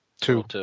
Two